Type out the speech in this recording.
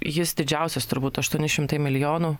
jis didžiausias turbūt aštuoni šimtai milijonų